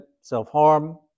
self-harm